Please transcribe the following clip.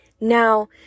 Now